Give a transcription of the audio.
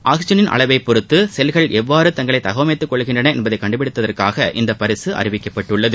oxygen அளவைப் பொறுத்து செல்கள் எவ்வாறு தங்களை தகவமைத்துக்கொள்கின்றன என்பகை கண்டுபிடித்ததற்காக இந்த பரிசு அறிவிக்கப்பட்டுள்ளது